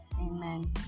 Amen